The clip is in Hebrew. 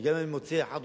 כי גם אם אני מוצא אחד,